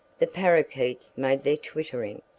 the parrakeets made their twittering,